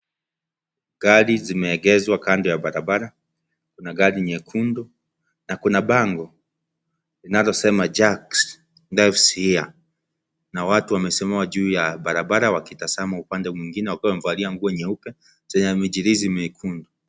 Gari zimeegezwa kando ya barabara, kuna gari nyekundu, na kuna bango linalosema Jacks Loves Here . Na watu wamesimama juu ya barabara wakitazama upande mwingine, wakiwa wamevalia nguo nyeupe, zenye mijirizi miekundu.